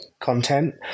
content